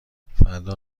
فردا